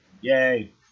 Yay